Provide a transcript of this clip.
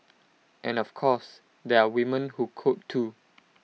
and of course there are women who code too